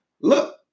Look